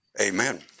Amen